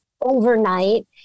overnight